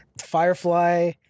Firefly